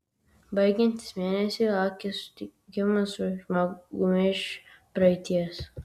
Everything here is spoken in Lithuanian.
baigiantis mėnesiui laukia susitikimas su žmogumi iš praeities